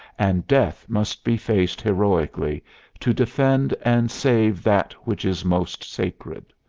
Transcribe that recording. and death must be faced heroically to defend and save that which is most sacred.